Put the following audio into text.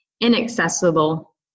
inaccessible